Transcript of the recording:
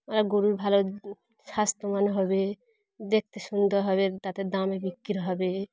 ওরা গরুর ভালো স্বাস্থ্যবান হবে দেখতে সুন্দর হবে তাতে দামে বিক্রি হবে